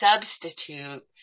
substitute